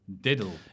Diddle